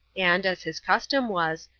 and, as his custom was,